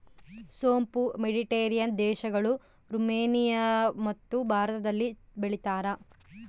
ಸೋಂಪು ಮೆಡಿಟೇರಿಯನ್ ದೇಶಗಳು, ರುಮೇನಿಯಮತ್ತು ಭಾರತದಲ್ಲಿ ಬೆಳೀತಾರ